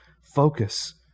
focus